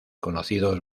conocidos